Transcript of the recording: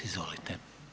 Izvolite.